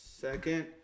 second